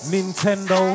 Nintendo